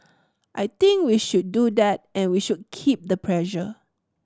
I think we should do that and we should keep the pressure